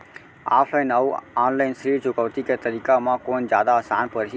Offline अऊ online ऋण चुकौती के तरीका म कोन जादा आसान परही?